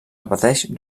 repeteix